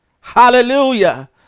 Hallelujah